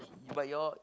but you're